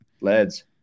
Lads